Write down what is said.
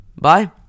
bye